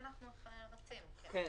כן.